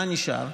מה נשאר?